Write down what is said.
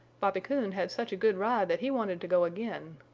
bobby coon had such a good ride that he wanted to go again,